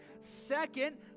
Second